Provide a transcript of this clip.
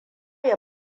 ya